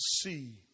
see